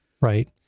Right